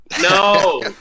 No